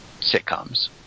sitcoms